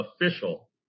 official